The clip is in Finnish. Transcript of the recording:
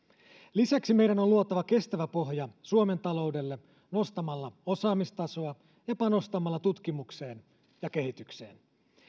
lisäksi meidän on luotava kestävä pohja suomen taloudelle nostamalla osaamistasoa ja panostamalla tutkimukseen ja kehitykseen